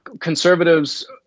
conservatives